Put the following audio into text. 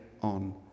on